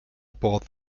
aboard